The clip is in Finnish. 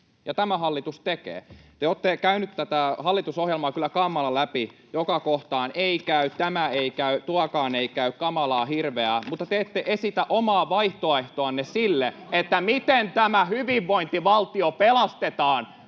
ja tämä hallitus tekee. Te olette käyneet tätä hallitusohjelmaa kyllä kammalla läpi — joka kohtaan ”ei käy”, ”tämä ei käy”, ”tuokaan ei käy”, ”kamalaa”, ”hirveää” —, mutta te ette esitä omaa vaihtoehtoanne sille, miten tämä hyvinvointivaltio pelastetaan,